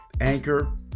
Anchor